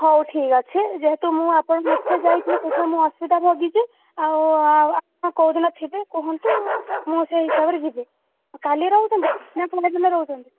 ହଉ ଠିକ୍ଅଛି ଯେହେତୁ ମୁଁ ଆପଣ ନଥିଲେ ଯାଇଥିଲି ସେଥିପାଇଁ ମୁଁ ଅସୁବିଧା ଭୋଗିଛି ଆଉ ଆପଣ କେଉଁ ଦିନ ଥିବେ କୁହନ୍ତୁ ମୁଁ ସେଇ ହିସାବରେ ଯିବି କାଲି ରହୁଛନ୍ତି କି ନା ପଅରଦିନ ରହୁଛନ୍ତି